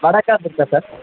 வடக்கா தெற்கா சார்